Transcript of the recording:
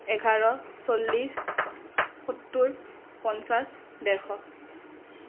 এঘাৰ চল্লিশ সত্তৰ পঞ্চাশ ডেৰশ